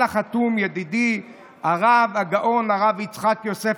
על החתום: ידידי הרב הגאון הרב יצחק יוסף,